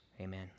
Amen